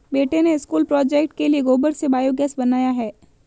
बेटे ने school project के लिए गोबर से बायोगैस बनाया है